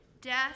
death